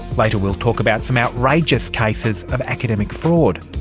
later we'll talk about some outrageous cases of academic fraud.